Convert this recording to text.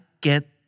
get